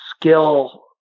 skill